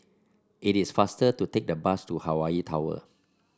it is faster to take the bus to Hawaii Tower